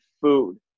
food